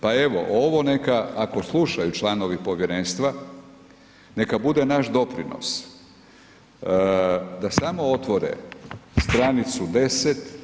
Pa evo, ovo neka ako slušaju članovi povjerenstva, neka bude naš doprinos da samo otvore stranicu 10.